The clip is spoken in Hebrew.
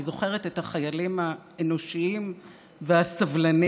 היא זוכרת את החיילים האנושיים והסבלניים,